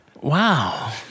Wow